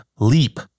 Leap